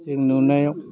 जों नुनायाव